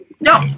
No